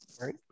right